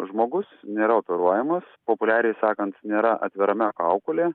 žmogus nėra operuojamas populiariai sakant nėra atveriama kaukolė